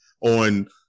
on